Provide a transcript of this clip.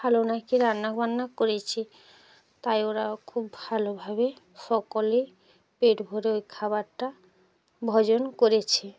ভালো নাকি রান্নাবান্না করেছি তাই ওরা খুব ভালোভাবে সকলে পেট ভরে ওই খাবারটা ভোজন করেছে